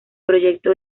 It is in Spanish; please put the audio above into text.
proyecto